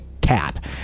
cat